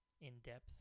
in-depth